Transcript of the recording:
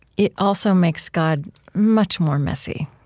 it also makes god much more messy.